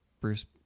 Bruce